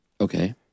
Okay